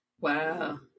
Wow